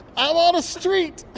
i'm on a street.